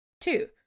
Two